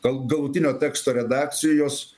gal galutinio teksto redakcijos